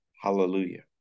Hallelujah